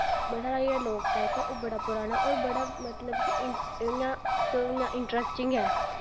मतलव जेह्ड़ा साढ़ा लोक साहित्य ऐ बड़ा पुराना ते मतलव की बड़ा इयां इक इयां इंट्रसटिंग ऐ